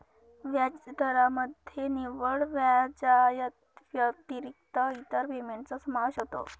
व्याजदरामध्ये निव्वळ व्याजाव्यतिरिक्त इतर पेमेंटचा समावेश होतो